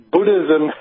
Buddhism